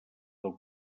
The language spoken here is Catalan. del